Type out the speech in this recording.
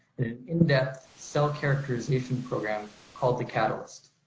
in in-depth cell characterization program called the catalyst.